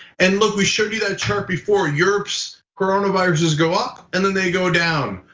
and look, we showed you that chart before europe's coronavirus's go up, and then they go down.